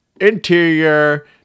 interior